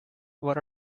what